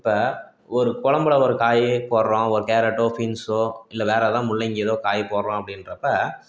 இப்போ ஒரு கொழம்புல ஒரு காய் போடுறோம் ஒரு கேரட்டோ ஃபீன்சோ இல்லை வேறு ஏதாவது முள்ளங்கி ஏதோ காய் போடுறோம் அப்படின்றப்ப